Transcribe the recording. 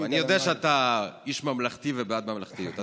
אני יודע שאתה איש ממלכתי ובעד ממלכתיות,